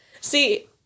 See